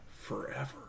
forever